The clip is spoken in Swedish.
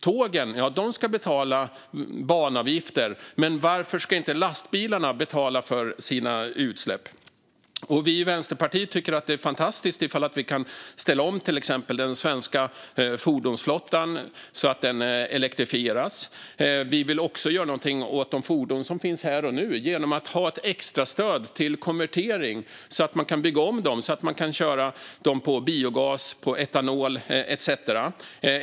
Tågen ska betala banavgifter, men varför ska inte lastbilarna betala för sina utsläpp? Vi i Vänsterpartiet tycker att det är fantastiskt om det går att ställa om den svenska fordonsflottan så att den elektrifieras. Vi vill också göra något åt de fordon som finns här och nu genom att ge ett extrastöd till konvertering, så att bilar kan byggas om så att de kan köras på biogas, etanol etcetera.